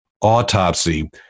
autopsy